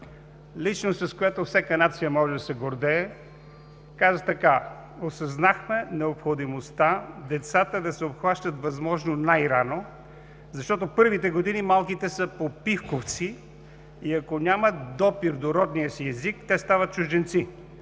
личност, с която всяка нация може да се гордее, каза така: „Осъзнахме необходимостта децата да се обхващат възможно най-рано, защото първите години малките са „попивковци“ и ако нямат допир до родния си език, те стават чужденци,